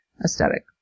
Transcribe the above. aesthetic